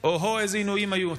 או-הו, איזה עינויים היו.